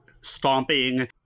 stomping